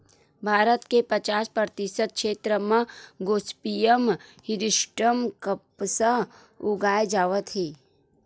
भारत के पचास परतिसत छेत्र म गोसिपीयम हिरस्यूटॅम कपसा उगाए जावत हे